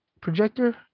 projector